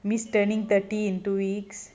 me is turning thirty in two weeks